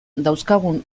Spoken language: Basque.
dauzkagun